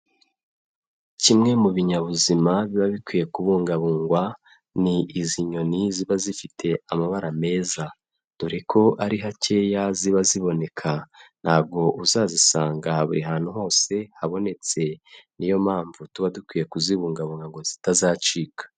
Kimwe mu binyabuzima biba bikwiye kubungabungwa ni izi nyoni ziba zifite amabara meza, dore ko ari hakeya ziba ziboneka ntabwo uzazisanga buri hantu hose habonetse niyo mpamvu tuba dukwiye kuzibungabunga ngo zitazacika.